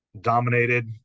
dominated